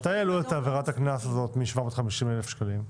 מתי העלו את עבירת הקנס הזאת מ-750 ל-1,000 שקלים?